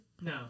No